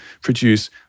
produce